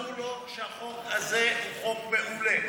וברור לו שהחוק הזה הוא חוק מעולה.